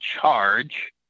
charge